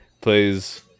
Plays